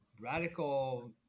radical